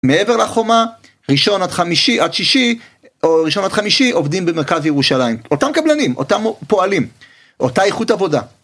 מעבר לחומה, ראשון עד שישי, או ראשון עד חמישי עובדים במרכז ירושלים. אותם קבלנים, אותם פועלים אותה איכות עבודה.